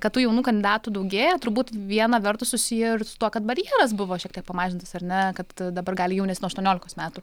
kad tų jaunų kandidatų daugėja turbūt viena vertus susiję ir su tuo kad barjeras buvo šiek tiek pamažintas ar ne kad dabar gali jaunesn nuo aštuoniolikos metų